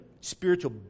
spiritual